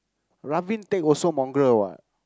Raveen take also mongrel what